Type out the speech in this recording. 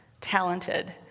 talented